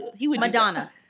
Madonna